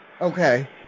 Okay